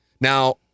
Now